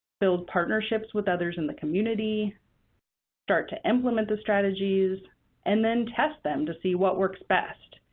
build partnerships with others in the community start to implement the strategies and then test them to see what works best,